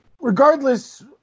Regardless